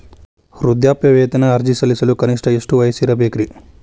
ವೃದ್ಧಾಪ್ಯವೇತನ ಅರ್ಜಿ ಸಲ್ಲಿಸಲು ಕನಿಷ್ಟ ಎಷ್ಟು ವಯಸ್ಸಿರಬೇಕ್ರಿ?